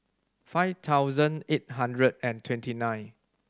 five thousand eight hundred and twenty nine